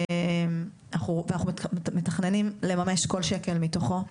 ואנחנו מתכננים לממש כל שקל מתוכו,